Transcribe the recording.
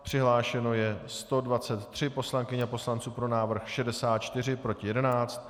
Přihlášeno je 123 poslankyň a poslanců, pro návrh 64, proti 11.